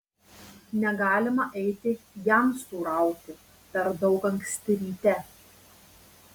negalima eiti jamsų rauti per daug anksti ryte